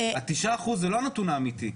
ה- 9% זה לא הנתון האמיתי.